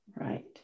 Right